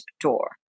Door